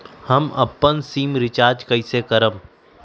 हम अपन SIM recharge कइसे करम?